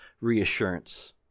reassurance